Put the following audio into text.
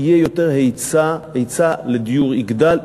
יהיה יותר היצע, היצע הדיור יגדל.